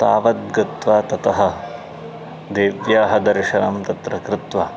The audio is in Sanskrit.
तावद् गत्वा ततः देव्याः दर्शनं तत्र कृत्वा